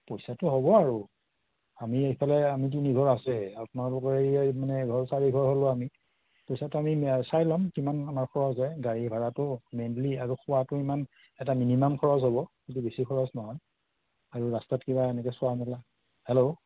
পইচাটো হ'ব আৰু আমি এইফালে আমি তিনিঘৰ আছোঁৱে আপোনালোকৰ এই মানে এঘৰ চাৰিঘৰ হ'লো আমি পইচাটো আমি মি চাই ল'ম কিমান আমাৰ খৰচ হয় গাড়ী ভাড়াটো মেইনলি আৰু খোৱাটো ইমান এটা মিনিমাম খৰচ হ'ব সেইটো বেছি খৰচ নহয় আৰু ৰাস্তাত কিবা এনেকৈ চোৱা মেলা হেল্ল'